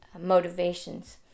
motivations